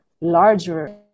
larger